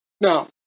Now